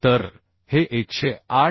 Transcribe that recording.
तर हे 108